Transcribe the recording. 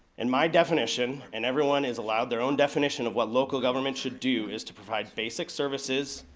in my definition, and everyone is allowed their own definition of what local government should do, is to provide basic services,